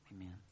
amen